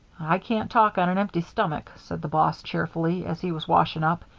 i can't talk on an empty stomach, said the boss, cheerfully, as he was washing up.